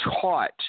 taught